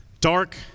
Dark